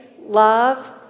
love